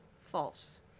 false